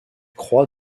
croix